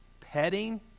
petting